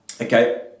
okay